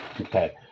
Okay